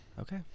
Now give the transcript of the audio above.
Okay